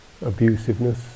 abusiveness